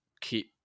keep